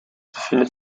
befindet